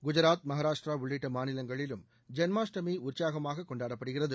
குஜராத் மகாராஷ்டிரா உள்ளிட்ட மாநிலங்களிலும் ஜென்மாஷ்டமி உற்சாகமாக கொண்டாடப்படுகிறது